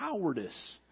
cowardice